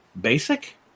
basic